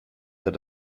that